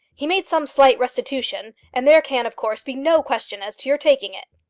he made some slight restitution, and there can, of course, be no question as to your taking it.